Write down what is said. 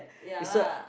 ya lah